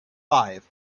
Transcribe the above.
five